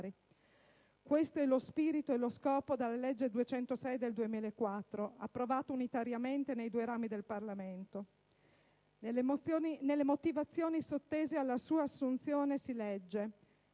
Questo è lo spirito è lo scopo della legge n. 206 del 2004, approvata unitariamente nei due rami del Parlamento. Nelle motivazioni sottese alla sua assunzione si legge: